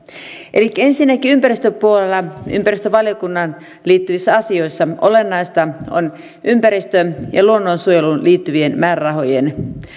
elikkä ensinnäkin ympäristöpuolella ympäristövaliokuntaan liittyvissä asioissa olennaista on ympäristöön ja luonnonsuojeluun liittyvien määrärahojen